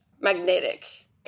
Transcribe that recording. magnetic